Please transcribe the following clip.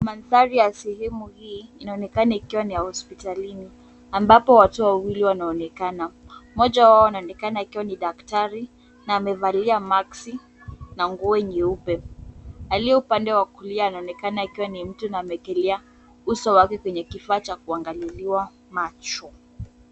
Mandhari ya sehemu hii inaonekana ikiwa ni ya hospitalini ambapo watu wawili wanaonekana. Moja wao anaonekana akiwa ni daktari na amevalia maski na nguo nyeupe. Aliye upande wa kulia anaonekana akiwa ni mtu na ameekelea uso wake kwenye kifaa cha kuangaliliwa macho.